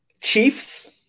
Chiefs